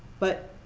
but